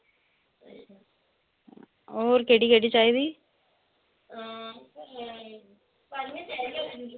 औऱ केह्डी केह्डी चाहदी